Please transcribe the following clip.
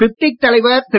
பிப்டிக் தலைவர் திரு